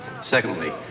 Secondly